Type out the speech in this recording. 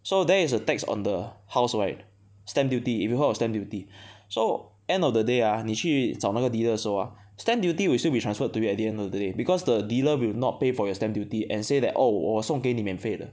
so there is a tax on the house right stamp duty if you heard of stamp duty so end of the day ah 你去找那个 dealer 的时候 ah stamp duty will still be transferred to you at the end of the day because the dealer will not pay for your stamp duty and say that oh 我送给你免费的